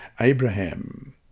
abraham